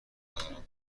ندارم